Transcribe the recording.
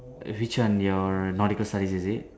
which one your nautical studies is it